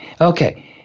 Okay